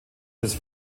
des